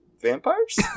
vampires